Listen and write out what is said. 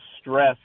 stress